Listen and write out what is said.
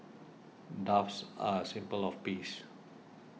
doves are a symbol of peace